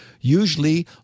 usually